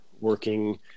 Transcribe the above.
working